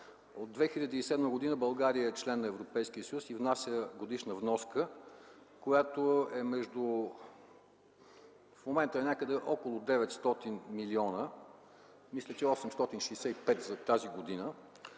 От 2007 г. България е член на Европейския съюз и внася годишна вноска, която в момента е някъде около 900 милиона, мисля, че 865 за тази година,